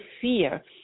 fear